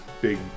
big